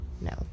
No